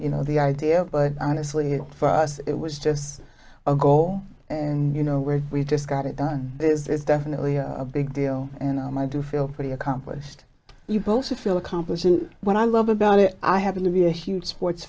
you know the idea but honestly for us it was just a goal and you know where we just got it done this is definitely a big deal and i'm i do feel pretty accomplished you both feel accomplished and what i love about it i happen to be a huge sports